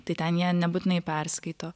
tai ten jie nebūtinai perskaito